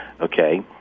okay